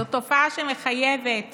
זו תופעה שמחייבת